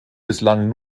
bislang